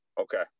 Okay